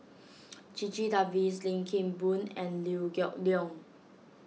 Checha Davies Lim Kim Boon and Liew Geok Leong